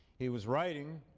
he was writing